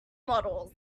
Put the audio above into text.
models